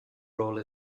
role